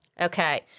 Okay